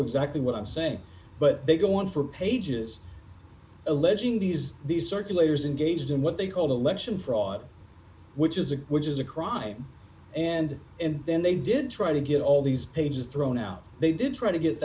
exactly what i'm saying but they go on for pages alleging these these circulators engaged in what they call the election fraud which is a which is a crime and and then they did try to get all these pages thrown out they didn't try to get th